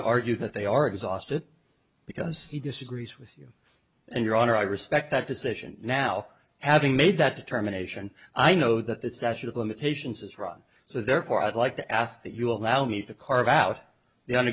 to argue that they are exhausted because he disagrees with you and your honor i respect that decision now having made that determination i know that the statute of limitations has run so therefore i'd like to ask that you allow me to carve out the